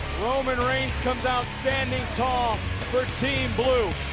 roman reigns comes out standing tall for team blue,